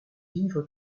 vivre